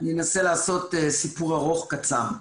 אני אנסה לעשות סיפור ארוך-קצר.